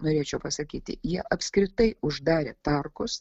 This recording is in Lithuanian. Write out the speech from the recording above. norėčiau pasakyti jie apskritai uždarė parkus